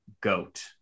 goat